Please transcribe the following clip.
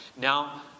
now